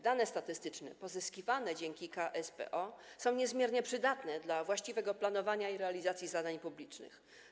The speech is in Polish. Dane statystyczne pozyskiwane dzięki KSPO są niezmiernie przydatne do właściwego planowania i realizacji zadań publicznych.